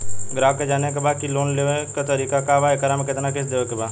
ग्राहक के जाने के बा की की लोन लेवे क का तरीका बा एकरा में कितना किस्त देवे के बा?